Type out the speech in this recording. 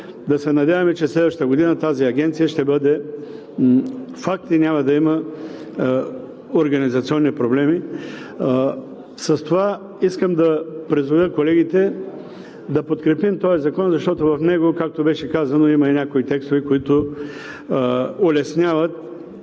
Да се надяваме, че следващата година тя ще бъде факт и няма да има организационни проблеми. С това искам да призова колегите да подкрепим този закон, защото в него, както беше казано, има и някои текстове, които улесняват